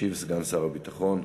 ישיב סגן שר הביטחון.